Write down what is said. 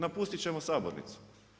Napustit ćemo sabornicu.